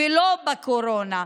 ולא בקורונה,